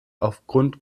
aufgrund